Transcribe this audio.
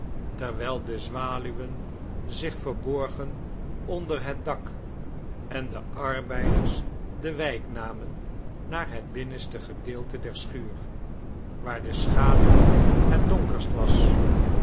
terwijl de zwaluwen zich verborgen onder het dak en de arbeiders de wijk namen naar het binnenste gedeelte der schuur waar de schaduw het donkerst was